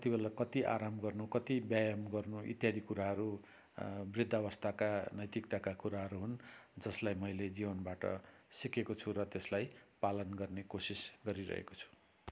कति बेला कति आराम गर्नु कति व्यायाम गर्नु इत्यादि कुराहरू वृद्धा अवस्थाका नैतिकताका कुराहरू हुन् जसलाई मैले जीवनबाट सिकेको छु र त्यसलाई पालन गर्ने कोसिस गरिरएको छु